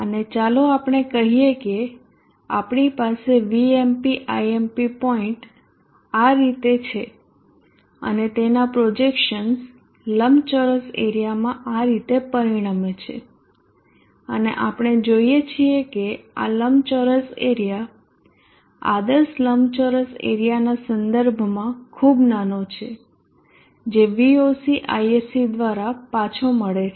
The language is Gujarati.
અને ચાલો આપણે કહીએ કે આપણી પાસે Vmp Imp પોઇન્ટ આ રીતે છે અને તેના પ્રોજેક્શન્સ લંબચોરસ એરીયામાં આ રીતે પરિણમે છે અને આપણે જોઈએ છીએ કે આ લંબચોરસ એરીયા આદર્શ લંબચોરસ એરીયાના સંદર્ભમાં ખૂબ નાનો છે જે Voc Isc દ્વારા પાછો મળે છે